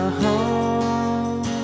home